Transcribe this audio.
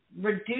reduce